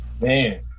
Man